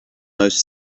most